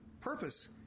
purpose